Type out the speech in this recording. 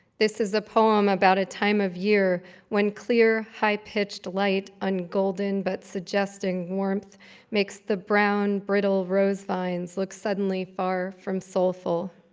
this is a poem about a time of year when clear, high-pitched light on golden but suggesting warmth makes the brown, brittle rose vines look suddenly far from soulful.